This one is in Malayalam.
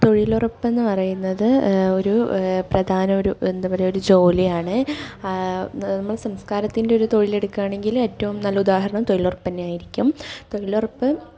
തൊഴിലുറപ്പെന്നു പറയുന്നത് ഒരു പ്രധാന ഒരു എന്താ പറയാ ഒരു ജോലി ആണ് നമ്മുടെ സംസ്കാരത്തിൻറെ ഒരു തൊഴിൽ എടുക്കുകയാണെങ്കിൽ ഏറ്റവും നല്ല ഉദാഹരണം തൊഴിലുറപ്പ് തന്നെ ആയിരിക്കും തൊഴിലുറപ്പ്